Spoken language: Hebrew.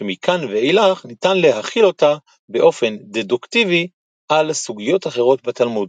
שמכאן ואילך ניתן להחיל אותה באופן דדוקטיבי על סוגיות אחרות בתלמוד.